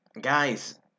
guys